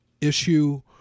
issue